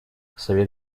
совет